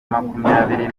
makumyabiri